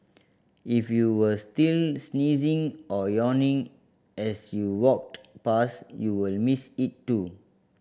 if you were still sneezing or yawning as you walked past you will miss it too